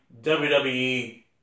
WWE